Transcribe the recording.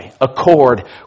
accord